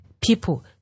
people